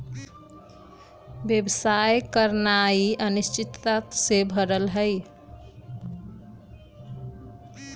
व्यवसाय करनाइ अनिश्चितता से भरल हइ